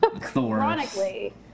Chronically